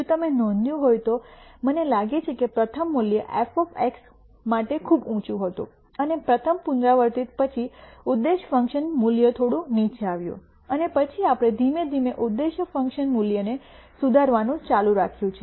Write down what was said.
જો તમે નોંધ્યું હોય તો મને લાગે છે કે પ્રથમ મૂલ્ય એફ એક્સ માટે ખૂબ ઊંચું હતું અને પ્રથમ પુનરાવૃત્તિ પછી ઉદ્દેશ ફંકશન મૂલ્ય થોડું નીચે આવ્યું અને પછી આપણે ધીમે ધીમે ઉદ્દેશ ફંકશન મૂલ્યને સુધારવાનું ચાલુ રાખ્યું છે